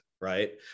right